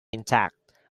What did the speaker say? intact